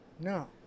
No